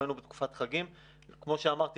כמו שאמרנו,